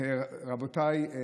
רבותיי,